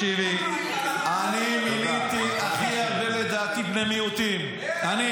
תקשיבי, אני מיניתי הכי הרבה בני מיעוטים, לדעתי.